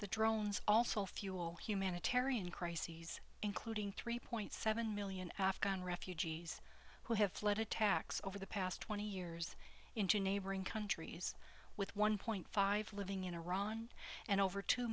the drones also fuel humanitarian crises including three point seven million afghan refugees who have fled attacks over the past twenty years into neighboring countries with one point five living in iran and over two